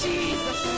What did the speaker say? Jesus